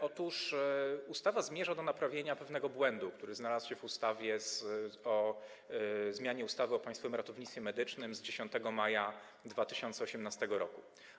Otóż ustawa zmierza do naprawienia pewnego błędu, który znalazł się w ustawie o zmianie ustawy o Państwowym Ratownictwie Medycznym z 10 maja 2018 r.